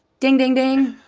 ding, ding, ding.